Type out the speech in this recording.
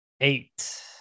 eight